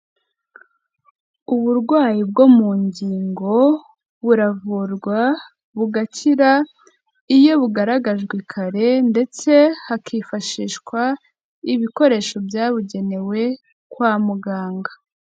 Uburwayi bwo mu ngingo buravurwa, bugakira iyo bugaragajwe kare ndetse hakifashishwa ibikoresho byabugenewe kwa muganga.